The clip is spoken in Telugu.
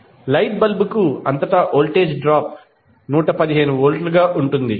కాబట్టి లైట్ బల్బుకు అంతటా వోల్టేజ్ డ్రాప్ 115 వోల్ట్గా ఉంటుంది